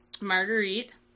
Marguerite